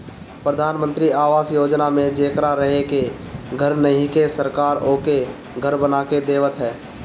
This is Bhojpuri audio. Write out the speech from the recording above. प्रधान मंत्री आवास योजना में जेकरा रहे के घर नइखे सरकार ओके घर बना के देवत ह